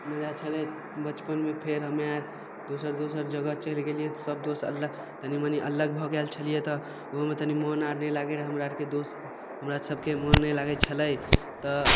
मजा छलै बचपनमे फेर हम्मे आर दोसर दोसर जगह चलि गेलियै तऽ सब दोस्त अलग तनी मनी अलग भऽ गेल छलियै तऽ ओहोमे तनी मोन आर नहि लागय रहय हमरा आरके दोस्त हमरा सबके मोन नै लागै छलै तऽ